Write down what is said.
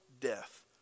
death